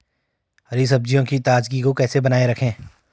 हरी सब्जियों की ताजगी को कैसे बनाये रखें?